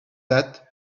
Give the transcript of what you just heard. that